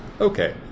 Okay